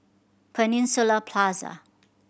Peninsula Plaza